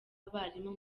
abarimu